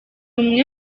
umwe